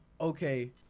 okay